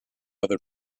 other